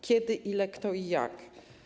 Kiedy, ile, kto i jak?